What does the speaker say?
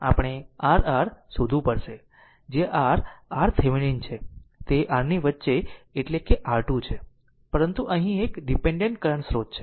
આપણે r R શોધવું પડશે જે r RThevenin છે તે Rની વચ્ચે એટલે કે R2 છે પરંતુ અહીં એક ડીપેન્ડેન્ટ કરંટ સ્રોત છે